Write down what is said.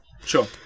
Sure